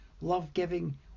love-giving